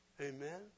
Amen